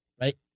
Right